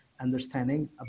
understanding